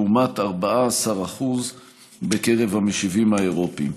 לעומת 14% בקרב המשיבים האירופים.